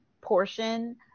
portion